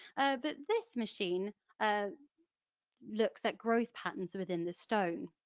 but this machine ah looks at growth patterns within the stone.